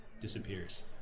disappears